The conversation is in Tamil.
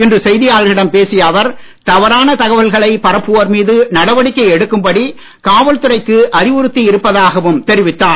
இன்று செய்தியாளர்களிடம் பேசிய அவர் தவறான தகவல்களை பரப்புவோர் மீது நடவடிக்கை எடுக்கும் படி காவல்துறைக்கு அறிவுறுத்தி இருப்பதாகவும் தெரிவித்தார்